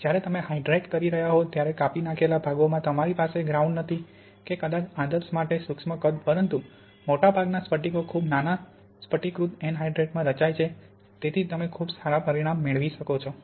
જ્યારે તમે હાઇડ્રેટ કરી રહ્યા હો ત્યારે કાપી નાંખેલા ભાગોમાં તમારી પાસે ગ્રાઉન્ડ નથી કે કદાચ આદર્શ માટે સૂક્ષ્મ કદ પરંતુ મોટાભાગના સ્ફટિકો ખૂબ નાના સ્ફટિકીકૃત એન્હાઇડ્રેટમાં રચાય છે તેથી તમે ખૂબ સારા પરિણામ મેળવી શકો છો